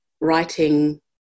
writing